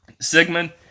Sigmund